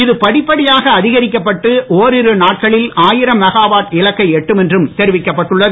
இது படிப்படியாக அதிகரிக்கப்பட்டு ஓரிரு நாட்களில் ஆயிரம் மெகாவாட் இலக்கை எட்டும் என்று தெரிவிக்கப்பட்டுள்ளது